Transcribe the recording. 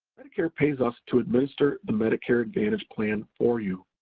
medicare pays us to administer the medicare advantage plan for you.